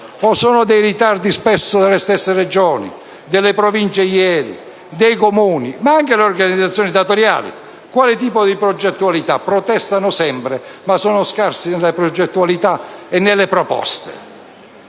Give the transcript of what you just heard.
ci sono dei ritardi, spesso, delle stesse Regioni, delle Province (ieri) e dei Comuni? Anche le organizzazioni datoriali quale tipo di progettualità danno? Protestano sempre, ma sono scarse nella progettualità e nelle proposte.